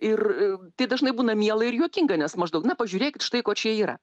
ir tai dažnai būna miela ir juokinga nes maždaug na pažiūrėkit štai ko čia yra